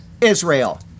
Israel